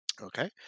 Okay